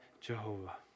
Jehovah